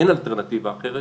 אין אלטרנטיבה אחרת.